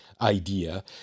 idea